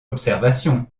observation